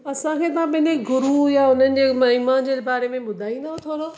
असांखे तव्हां पंहिंजे गुरु या उन्हनि जे महिमा जे बारे में ॿुधाईंव थोरो